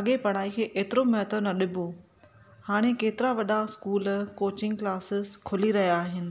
अॻे पढ़ाई खे एतिरो महत्व न ॾिबो हाणे केतिरा वॾा स्कूल कोचिंग क्लासिस खुली रहिया आहिनि